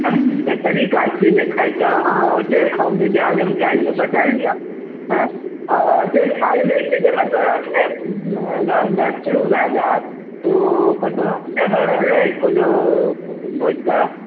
हर चीजकेँ तरीका छियै ने खाइके अहाँ ओतेक खाउ जे हजम कै लिऔ पचा लिऔ आँ एते खा लेबै कि जे मतलब एखने मतलब रद दस्त शुरू भए जायत ओ कतहुँ जगह रहलै कोनो भोज कऽ